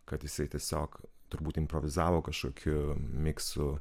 kad jisai tiesiog turbūt improvizavo kažkokiu miksu